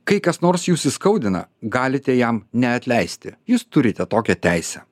kai kas nors jus įskaudina galite jam neatleisti jūs turite tokią teisę